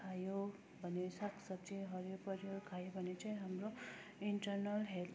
खायो भने सागसब्जी हरियो परियो खायो भने चाहिँ हाम्रो इन्टरनल